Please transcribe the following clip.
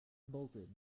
bolted